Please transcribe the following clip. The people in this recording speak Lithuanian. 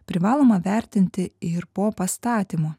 privaloma vertinti ir po pastatymo